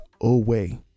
away